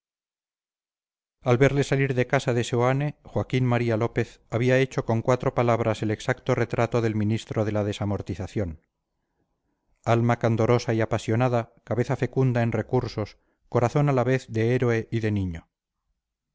al verle salir de casa de seoane joaquín maría lópez había hecho con cuatro palabras el exacto retrato del ministro de la desamortización alma candorosa y apasionada cabeza fecunda en recursos corazón a la vez de héroe y de niño